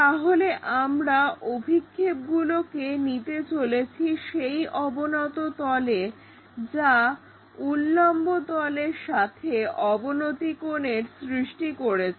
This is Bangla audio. তাহলে আমরা অভিক্ষেপগুলোকে নিতে চলেছি সেই অবনত তলে যা উল্লম্ব তলের সাথে অবনতি কোণের সৃষ্টি করেছে